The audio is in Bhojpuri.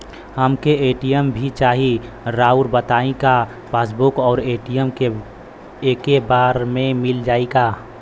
हमके ए.टी.एम भी चाही राउर बताई का पासबुक और ए.टी.एम एके बार में मील जाई का?